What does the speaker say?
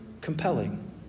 compelling